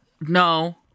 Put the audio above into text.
No